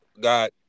got